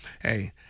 hey